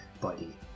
body